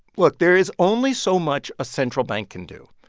look there is only so much a central bank can do.